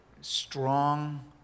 strong